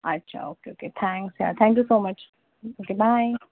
अच्छा okay okay thanks यार thank you so much okay bye